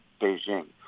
Beijing